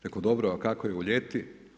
Reko dobro, a kako je u ljeti?